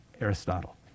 Aristotle